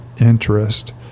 interest